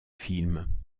films